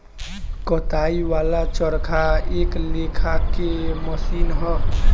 कताई वाला चरखा एक लेखा के मशीन ह